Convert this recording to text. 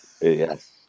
yes